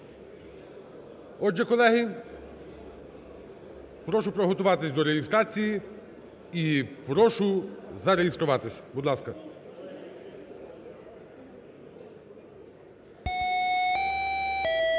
Отже, колеги, прошу приготуватись до реєстрації. І прошу зареєструватись, будь ласка.